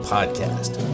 Podcast